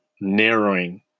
narrowing